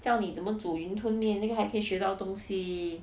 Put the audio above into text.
教你怎么煮云吞面那个还可以学到东西